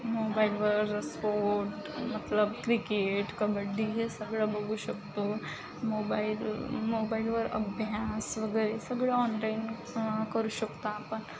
मोबाईलवर स्पोर्ट मतलब क्रिकेट कबड्डी हे सगळं बघू शकतो मोबाईल मोबाईलवर अभ्यास वगैरे सगळं ऑनलाईन करू शकतो आपण